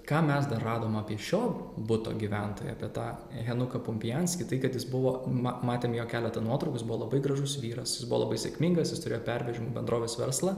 ką mes dar radom apie šio buto gyventoją apie tą henuką pumpijanskį tai kad jis buvo ma matėm jo keletą nuotraukų jis buvo labai gražus vyras jis buvo labai sėkmingas jis turėjo pervežimų bendrovės verslą